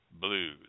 Blues